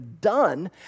done